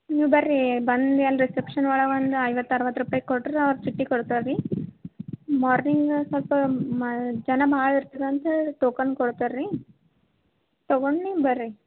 ನೀವು ಬನ್ರಿ ಬಂದು ಅಲ್ಲಿ ರಿಸೆಪ್ಷನ್ ಒಳಗೊಂದು ಐವತ್ತು ಅರವತ್ತು ರೂಪಾಯಿ ಕೊಟ್ರೆ ಅವ್ರು ಚೀಟಿ ಕೊಡ್ತಾರೆ ರೀ ಮಾರ್ನಿಂಗ್ ಸ್ವಲ್ಪ ಮ ಜನ ಭಾಳ ಇರ್ತರಂತ ಟೋಕನ್ ಕೊಡ್ತಾರೆ ರೀ ತೊಗೊಂಡು ನೀವು ಬನ್ರಿ